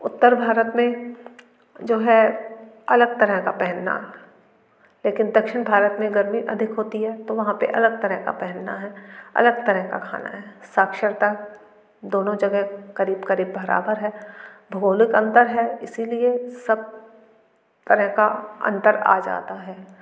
उत्तर भारत में जो है अलग तरह का पहनना लेकिन दक्षिण भारत में गर्मी अधिक होती है तो वहाँ पे अलग तरह के पहनना है अलग तरह का खाना है साक्षरता दोनों जगह करीब करीब बराबर है भौगोलिक अंतर है इसीलिए सब तरह का अंतर आ जाता है